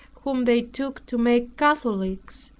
whom they took to make catholics,